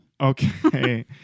Okay